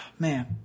Man